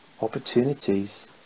opportunities